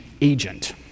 agent